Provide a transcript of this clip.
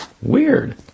Weird